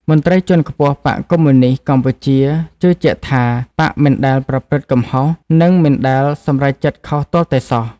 មន្ត្រីជាន់ខ្ពស់បក្សកុម្មុយនីស្តកម្ពុជាជឿជាក់ថា បក្សមិនដែលប្រព្រឹត្តកំហុសនិងមិនដែលសម្រេចចិត្តខុសទាល់តែសោះ។